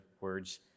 words